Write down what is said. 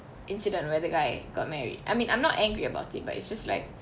incident where the guy got married I mean I'm not angry about it but it's just like